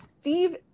Steve